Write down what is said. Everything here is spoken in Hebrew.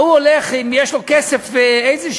ההוא הולך, אם יש לו כסף, איזשהו,